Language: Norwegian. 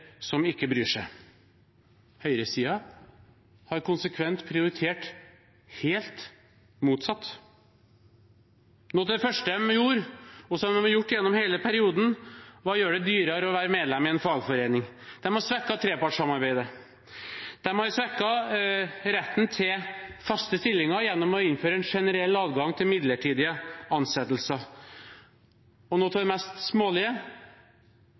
som ikke bryr seg. Høyresiden har konsekvent prioritert helt motsatt. Noe av det første de gjorde, som de har gjort gjennom hele perioden, var å gjøre det dyrere å være medlem i en fagforening. De har svekket trepartssamarbeidet. De har svekket retten til faste stillinger gjennom å innføre en generell adgang til midlertidige ansettelser. Noe av det mest smålige: